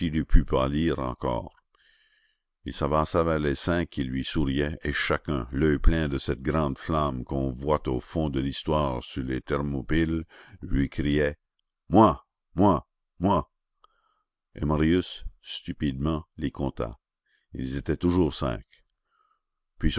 eût pu pâlir encore il s'avança vers les cinq qui lui souriaient et chacun l'oeil plein de cette grande flamme qu'on voit au fond de l'histoire sur les thermopyles lui criait moi moi moi et marius stupidement les compta ils étaient toujours cinq puis